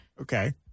Okay